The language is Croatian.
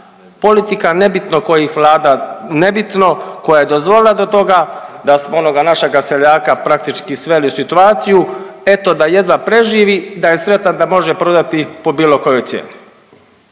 politika, nebitno kojih vlada, nebitno koja je dozvolila do toga, smo onoga našega seljaka praktički sveli u situaciju, eto, da jedva preživi i da je sretan da može prodati po bilo kojoj cijeni.